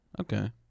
okay